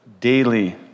daily